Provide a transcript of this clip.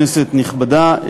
כנסת נכבדה,